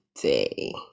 day